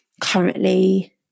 currently